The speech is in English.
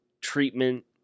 treatment